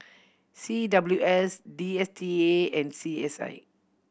C W S D S T A and C S I